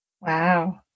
Wow